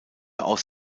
aus